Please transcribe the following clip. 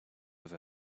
have